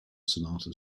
sonata